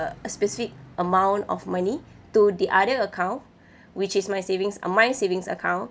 a specific amount of money to the other account which is my savings uh my savings account